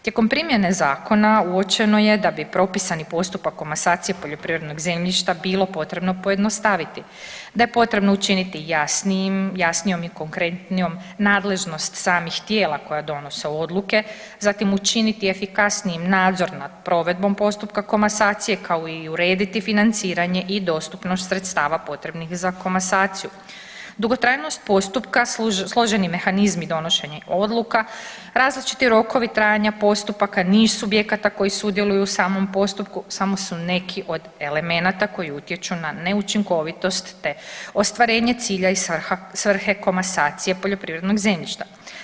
Tijekom primjene zakona uočeno je da bi propisani postupak komasacije poljoprivrednog zemljišta bilo potrebno pojednostaviti, da je potrebno učiniti jasnijim, jasnijom i konkretnijom nadležnost samih tijela koja donose odluke, zatim učiniti efikasnijim nadzor nad provedbom postupka komasacije, kao i urediti financiranje i dostupnost sredstava potrebnih za komasaciju, dugotrajnost postupka, složeni mehanizmi donošenja odluka, različiti rokovi trajanja postupaka niz subjekata koji sudjeluju u samom postupku samo su neki od elemenata koji utječu na neučinkovitost, te ostvarenje cilja i svrhe komasacije poljoprivrednog zemljišta.